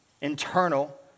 internal